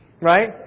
Right